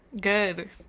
good